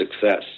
success